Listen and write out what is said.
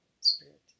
spirit